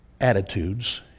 attitudes